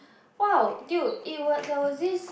!wow! dude it was there was this